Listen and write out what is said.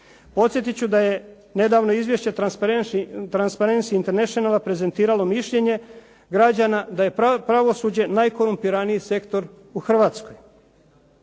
Podsjetit ću da je nedavno izvješće Transparency Internationala prezentiralo mišljenje građana da je pravosuđe najkorumpiraniji sektor u Hrvatskoj.